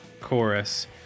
chorus